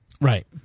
Right